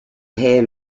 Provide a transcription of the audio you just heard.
hair